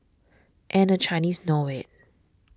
and the Chinese know it